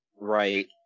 Right